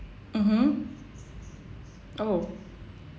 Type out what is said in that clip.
mmhmm oh